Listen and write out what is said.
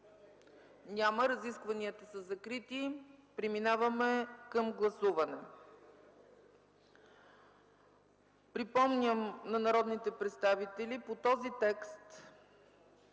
Няма. Разискванията са закрити. Преминаваме към гласуване. Припомням на народните представители, че по този текст